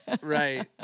right